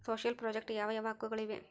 Social project ಯಾವ ಯಾವ ಹಕ್ಕುಗಳು ಇವೆ?